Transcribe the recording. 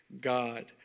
God